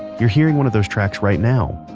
you're hearing one of those tracks right now.